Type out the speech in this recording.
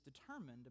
determined